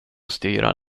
styra